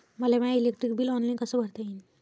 मले my electric bill online कस भरता येईन?